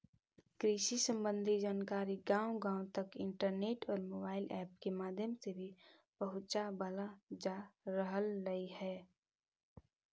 कृषि संबंधी जानकारी गांव गांव तक इंटरनेट और मोबाइल ऐप के माध्यम से भी पहुंचावल जा रहलई हे